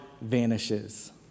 vanishes